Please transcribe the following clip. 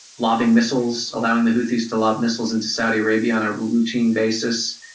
lobbing missiles, allowing the houthis to lob missiles into saudi arabia on a routine basis,